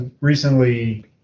recently